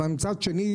אבל מצד שני,